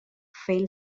fail